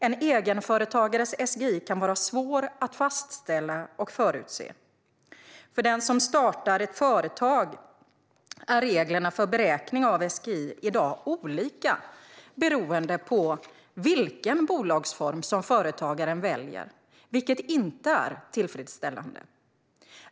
En egenföretagares SGI kan vara svår att fastställa och förutse. För den som startar ett företag är reglerna för beräkning av SGI i dag olika beroende på vilken bolagsform företagaren väljer, vilket inte är tillfredsställande.